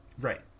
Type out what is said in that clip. Right